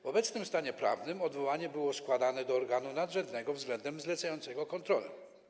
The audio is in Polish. W obecnym stanie prawnym odwołanie było składane do organu nadrzędnego względem zlecającego kontrolę.